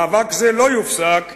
מאבק זה לא יופסק,